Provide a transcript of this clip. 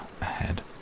ahead